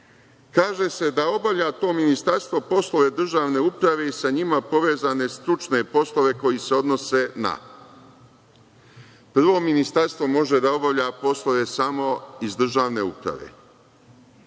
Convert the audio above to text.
kaže se da „obavlja to ministarstvo poslove državne uprave i sa njima povezane stručne poslove koji se odnose na“.Prvo, ministarstvo može da obavlja poslove samo iz državne uprave.